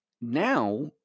Now